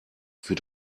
für